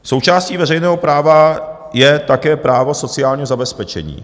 Součástí veřejného práva je také právo sociálního zabezpečení.